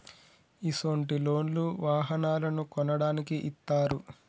ఇసొంటి లోన్లు వాహనాలను కొనడానికి ఇత్తారు